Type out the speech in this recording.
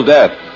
Death